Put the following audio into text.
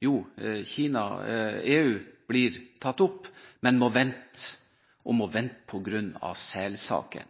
EU vil bli tatt opp, men de må vente, og de må vente på grunn av selsaken.